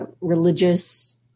religious